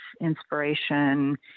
inspiration